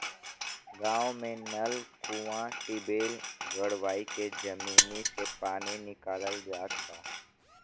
गांव में नल, कूंआ, टिबेल गड़वाई के जमीनी से पानी निकालल जात बा